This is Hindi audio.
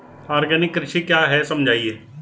आर्गेनिक कृषि क्या है समझाइए?